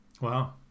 Wow